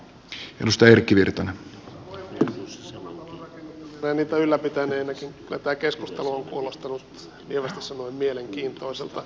muutaman talon rakennuttaneena ja niitä ylläpitäneenäkin voin sanoa että kyllä tämä keskustelu on kuulostanut lievästi sanoen mielenkiintoiselta